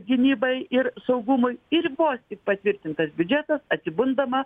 gynybai ir saugumui ir buvo patvirtintas biudžetas atsibundama